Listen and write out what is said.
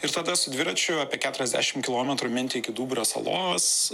ir tada su dviračiu apie keturiasdešim kilometrų minti iki duburio salos